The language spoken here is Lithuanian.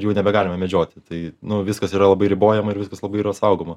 jau nebegalime medžioti tai nu viskas yra labai ribojama ir viskas labai yra saugoma